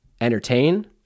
entertain